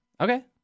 Okay